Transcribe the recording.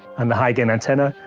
and the like and antenna,